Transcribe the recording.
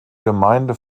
gemeinde